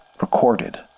recorded